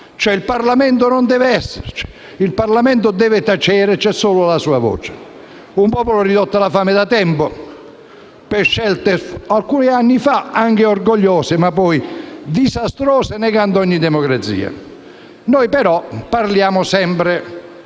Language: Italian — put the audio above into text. Il Parlamento non deve esserci, il Parlamento deve tacere; c'è solo la sua voce. Un popolo ridotto alla fame da tempo, per scelte che alcuni anni fa erano anche orgogliose, ma poi rivelatesi disastrose, negando ogni democrazia. Noi, però, parliamo sempre